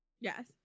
yes